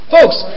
Folks